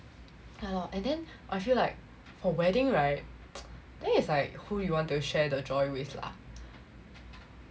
yeah lor and then I feel like for wedding right think is like who you want to share the joy with lah